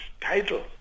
title